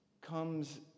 comes